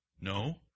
No